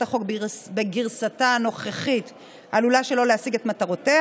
החוק בגרסתה הנוכחית עלולה שלא להשיג את מטרותיה,